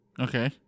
Okay